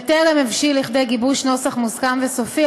וטרם הבשיל לכדי גיבוש נוסח מוסכם וסופי.